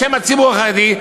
בשם הציבור החרדי,